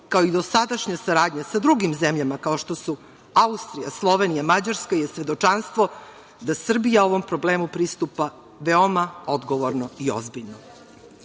kao i dosadašnja saradnja sa drugim zemljama kao što su Austrija, Slovenija, Mađarska, je svedočanstvo da Srbija ovom problemu pristupa veoma odgovorno i ozbiljno. Još